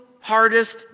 hardest